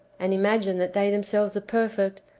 and imagine that they them selves are perfect,